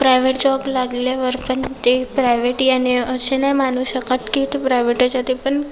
private job लागल्यावर पण ते प्रायवेट याने असे नाही मानू शकत की तू प्रायवेटच जाते पण